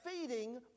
feeding